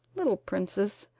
little princess,